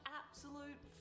absolute